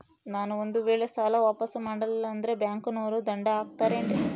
ನಾನು ಒಂದು ವೇಳೆ ಸಾಲ ವಾಪಾಸ್ಸು ಮಾಡಲಿಲ್ಲಂದ್ರೆ ಬ್ಯಾಂಕನೋರು ದಂಡ ಹಾಕತ್ತಾರೇನ್ರಿ?